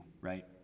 right